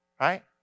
Right